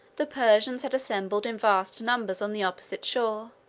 the persians had assembled in vast numbers on the opposite shore.